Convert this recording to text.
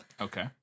Okay